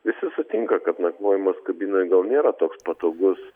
visi sutinka kad nakvojimas kabinoj gal nėra toks patogus